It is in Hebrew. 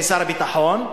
ושר הביטחון,